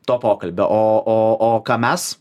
to pokalbio o ką mes